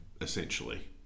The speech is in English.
essentially